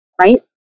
right